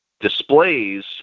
displays